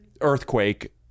earthquake